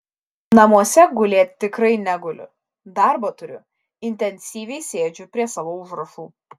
namuose gulėt tikrai neguliu darbo turiu intensyviai sėdžiu prie savo užrašų